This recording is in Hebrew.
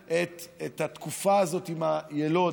את התקופה הזאת עם היילוד,